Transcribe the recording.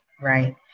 Right